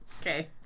Okay